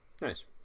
Nice